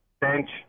bench